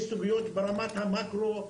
יש סוגיות ברמת המאקרו,